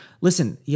listen